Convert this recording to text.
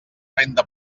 renda